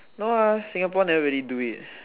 no ah Singapore never really do it